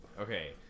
Okay